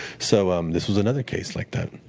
so um this was another case like that.